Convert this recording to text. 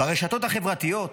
ברשתות החברתיות